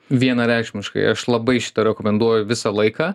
vienareikšmiškai aš labai šitą rekomenduoju visą laiką